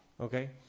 Okay